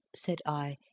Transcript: said i,